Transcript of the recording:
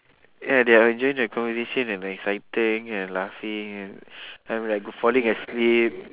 ya they are enjoying their conversation and exciting and laughing and I'm like falling asleep